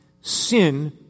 sin